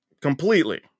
completely